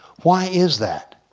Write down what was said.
why is that?